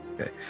Okay